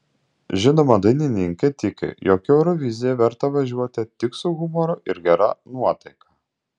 žinoma dainininkė tiki jog į euroviziją verta važiuoti tik su humoru ir gera nuotaika